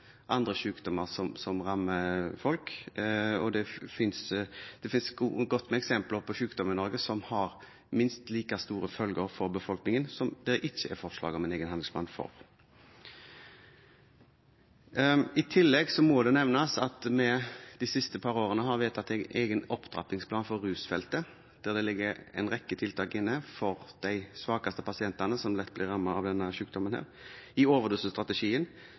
andre sykdommer som rammer folk. Det finnes godt med eksempler på sykdommer i Norge som har minst like store følger for befolkningen, som det ikke er forslag om en egen handlingsplan for. I tillegg må det nevnes at vi de siste par årene har vedtatt en egen opptrappingsplan for rusfeltet der det ligger inne en rekke tiltak for de svakeste pasientene, som lett blir rammet av